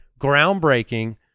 groundbreaking